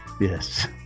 Yes